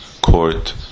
court